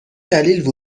دلیل